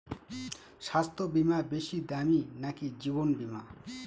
স্বাস্থ্য বীমা বেশী দামী নাকি জীবন বীমা?